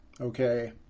Okay